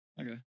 Okay